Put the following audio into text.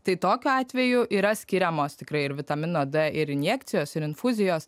tai tokiu atveju yra skiriamos tikrai ir vitamino d ir injekcijos ir infuzijos